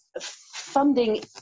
funding